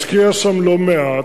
ומשקיע שם לא מעט.